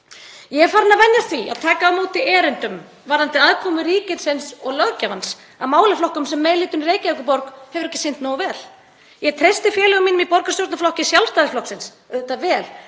Ég er farin að venjast því að taka á móti erindum varðandi aðkomu ríkisins og löggjafans að málaflokkum sem meiri hlutinn í Reykjavíkurborg hefur ekki sinnt nógu vel. Ég treysti félögum mínum í borgarstjórnarflokki Sjálfstæðisflokksins auðvitað vel